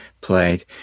played